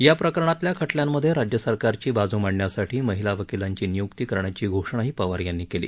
या प्रकरणातल्या ख ियांमध्ये राज्यसरकारची बाजू मांडण्यासाठी महिला वकीलांची नियुक्ती करण्याची घोषणाही पवार यांनी केली